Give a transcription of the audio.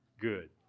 Good